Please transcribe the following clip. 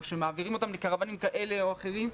שמעבירים אותם לקרוואנים כאלה או אחרים,